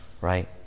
right